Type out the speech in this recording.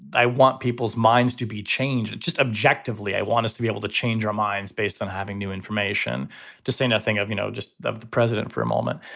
i want people's minds to be changed just objectively. i want us to be able to change our minds based on having new information to say nothing of, you know, just the president for a moment.